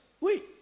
Oui